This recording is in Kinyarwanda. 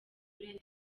kuri